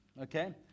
okay